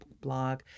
blog